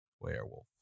Werewolf